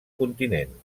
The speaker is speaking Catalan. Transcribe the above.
continent